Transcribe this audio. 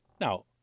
Now